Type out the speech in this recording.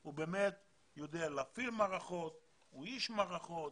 הוא באמת יודע להפעיל מערכות, הוא איש מערכות,